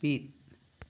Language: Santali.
ᱦᱟᱹᱯᱤᱫ